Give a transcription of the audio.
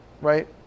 right